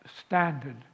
standard